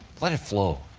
let it flow.